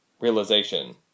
Realization